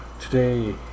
Today